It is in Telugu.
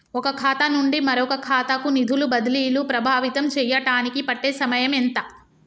ఒక ఖాతా నుండి మరొక ఖాతా కు నిధులు బదిలీలు ప్రభావితం చేయటానికి పట్టే సమయం ఎంత?